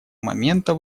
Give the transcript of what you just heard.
момента